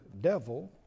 devil